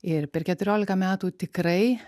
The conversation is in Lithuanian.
ir per keturiolika metų tikrai